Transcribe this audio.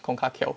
kong kah kiao